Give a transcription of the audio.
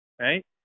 right